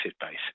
base